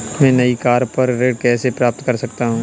मैं नई कार पर ऋण कैसे प्राप्त कर सकता हूँ?